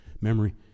Memory